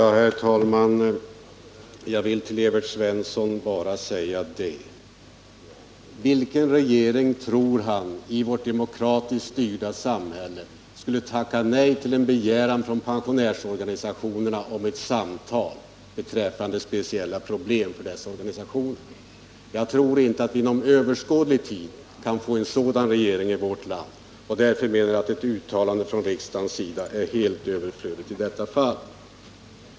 Herr talman! Jag vill till Evert Svensson bara säga: Vilken regering tror han i vårt demokratiskt styrda samhälle skulle tacka nej till en begäran från pensionärsorganisationerna om ett samtal beträffande speciella problem för dessa organisationer? Jag tror inte vi inom överskådlig tid kan få en sådan regering i vårt land. Därför menar jag att ett uttalande från riksdagens sida är helt överflödigt i detta fall.